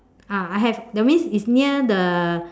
ah I have that means it's near the